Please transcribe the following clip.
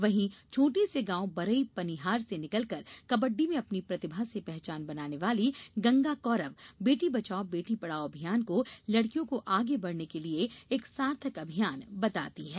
वहीं छोटे से गांव बरई पनिहार से निकलकर कबड्डी में अपनी प्रतिभा से पहचान वाली गंगा कौरव बेटी बचाओ बेटी पढ़ाओ अभियान को लड़कियों को आगे बढ़ने के लिए एक सार्थक अभियान बताती हैं